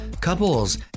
couples